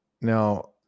Now